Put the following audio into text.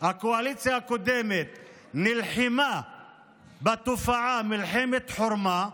הקואליציה הקודמת נלחמה בתופעה מלחמת חורמה,